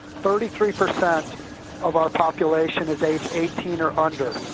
thirty three percent of our population is age eighteen or under.